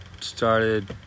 started